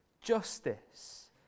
justice